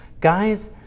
guys